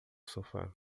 sofá